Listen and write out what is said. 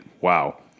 wow